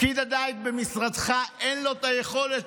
לפקיד הדיג במשרדך אין את היכולת,